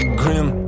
grim